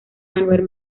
manuel